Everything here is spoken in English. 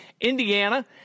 Indiana